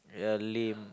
ya lame